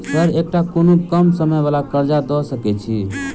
Sir एकटा कोनो कम समय वला कर्जा दऽ सकै छी?